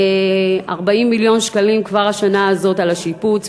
40 מיליון שקלים כבר השנה הזאת לשיפוץ,